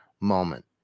moment